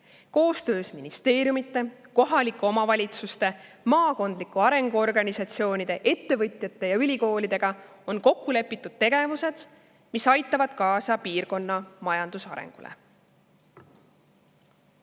Koostöös ministeeriumide, kohalike omavalitsuste, maakondliku arengu organisatsioonide, ettevõtjate ja ülikoolidega on kokku lepitud tegevused, mis aitavad kaasa piirkonna majanduse arengule.